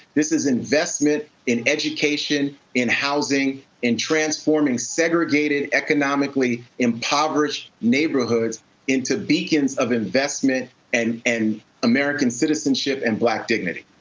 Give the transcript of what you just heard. this is investment in education, in housing, in transforming segregated, economically impoverished neighborhoods into beacons of investment and and american citizenship and black dignity.